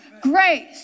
grace